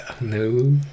No